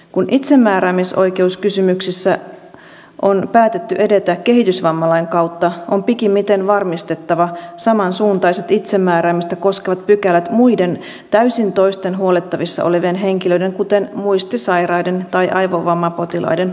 kun itsemääräämisoikeuskysymyksissä on päätetty edetä kehitysvammalain kautta on pikimmiten varmistettava samansuuntaiset itsemääräämistä koskevat pykälät muiden täysin toisten huollettavissa olevien henkilöiden kuten muistisairaiden tai aivovammapotilaiden osalta